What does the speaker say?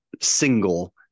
single